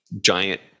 giant